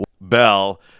Bell